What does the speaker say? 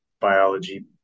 biology